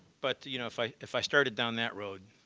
but you know if i if i started down that road,